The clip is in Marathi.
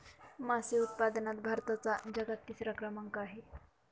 मासे उत्पादनात भारताचा जगात तिसरा क्रमांक आहे